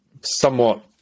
somewhat